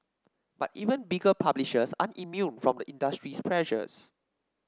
but even bigger publishers aren't immune from the industry's pressures